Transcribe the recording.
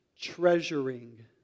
treasuring